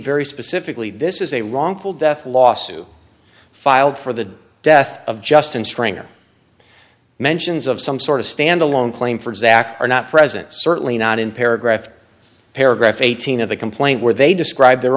very specifically this is a wrongful death lawsuit filed for the death of justin stringer mentions of some sort of standalone claim for exact are not present certainly not in paragraph or paragraph eighteen of the complaint where they describe their